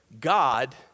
God